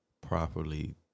properly